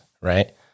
right